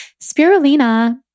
Spirulina